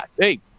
hey